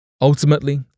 Ultimately